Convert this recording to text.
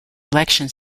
election